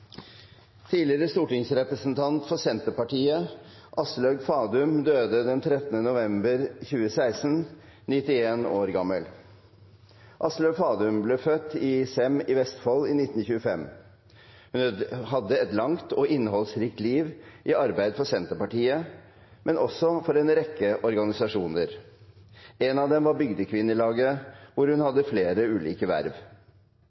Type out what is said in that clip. Tidligere stortingsrepresentant for Senterpartiet, Aslaug Fadum, døde den 13. november 2016, 91 år gammel. Aslaug Fadum ble født i Sem i Vestfold i 1925. Hun hadde et langt og innholdsrikt liv i arbeid for Senterpartiet, men også for en rekke organisasjoner. En av dem var Bygdekvinnelaget, hvor hun hadde flere ulike verv.